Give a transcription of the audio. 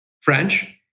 French